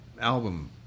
album